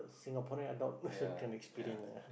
Singaporean adult also can experience ah